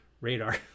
radar